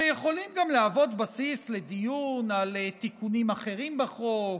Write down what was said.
שיכולים גם להוות בסיס לדיון על תיקונים אחרים בחוק,